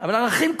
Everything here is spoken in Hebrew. אבל ערכים קבועים,